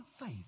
faith